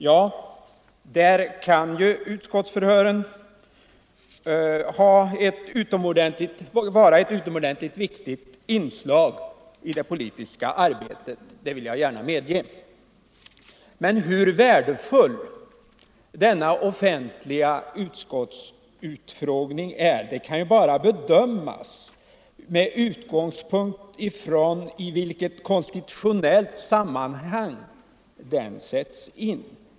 Ja, där kan utskottsförhören vara ett utomordentligt viktigt inslag i det politiska arbetet, det vill jag gärna medge. Men hur värdefull denna offentliga utskottsutfrågning är kan ju bara bedömas med utgångspunkt i vilket konstitutionellt sammanhang den sätts in i.